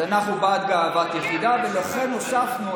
אז אנחנו בעד גאוות יחידה, ולכן הוספנו.